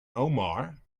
omar